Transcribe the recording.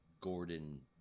Gordon